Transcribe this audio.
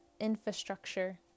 infrastructure